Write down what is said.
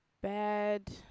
bad